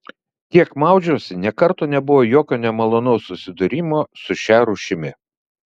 kiek maudžiausi nė karto nebuvo jokio nemalonaus susidūrimo su šia rūšimi